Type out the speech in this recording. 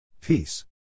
Peace